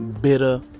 Bitter